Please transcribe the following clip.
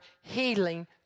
healing